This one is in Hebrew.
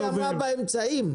היא אמרה: שימוש באמצעים.